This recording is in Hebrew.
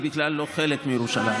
היא בכלל לא חלק מירושלים,